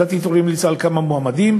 ועדת איתור המליצה על כמה מועמדים.